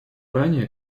ранее